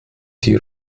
die